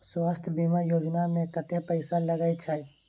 स्वास्थ बीमा योजना में कत्ते पैसा लगय छै?